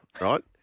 right